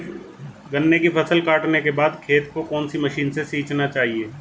गन्ने की फसल काटने के बाद खेत को कौन सी मशीन से सींचना चाहिये?